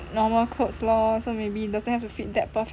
normal clothes lor so maybe doesn't have to fit that perfectly